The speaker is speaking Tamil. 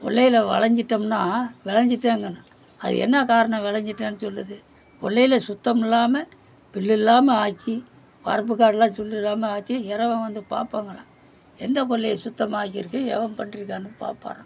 கொல்லையில் வளஞ்சிட்டம்னா விளஞ்சிட்டேங்கன்னு அது என்ன காரணம் விளஞ்சிட்டேன்னு சொல்லுது கொல்லையில் சுத்தமில்லாமல் பில்லுல்லாமல் ஆக்கி வரப்பு காடுலாம் சுண்டுடாம ஆக்கி எறவன் வந்து பார்ப்பாங்களாம் எந்த கொல்லையை சுத்தம்மாக்கிருக்கு எவன் பண்றிர்கானுன்னு பார்ப்பாராம்